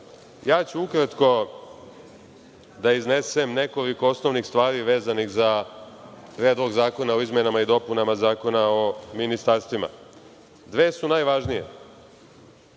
nedelje. Ukratko ću izneti nekoliko osnovnih stvari vezanih za Predlog zakona o izmenama i dopunama Zakona o ministarstvima. Dve su najvažnije.